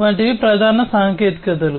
వంటివి ప్రధాన సాంకేతికతలు